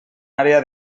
àrea